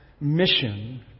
mission